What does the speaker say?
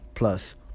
Plus